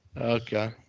Okay